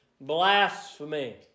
blasphemy